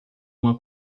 uma